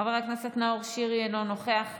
חבר הכנסת נאור שירי, אינו נוכח.